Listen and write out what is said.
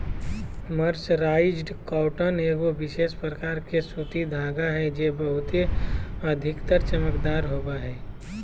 mercerised cotton एगो विशेष प्रकार के सूती धागा हय जे बहुते अधिक चमकदार होवो हय